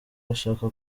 bashaka